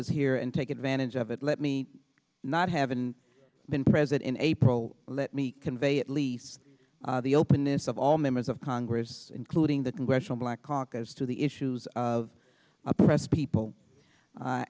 help is here and take advantage of it let me not haven't been present in april let me convey at least the openness of all members of congress including the congressional black caucus to the issues of oppressed people a